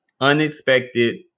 Unexpected